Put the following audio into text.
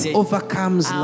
overcomes